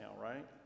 right